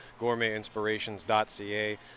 gourmetinspirations.ca